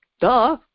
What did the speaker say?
duh